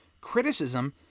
criticism